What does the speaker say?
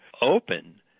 open